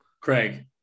Craig